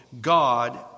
God